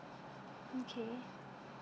okay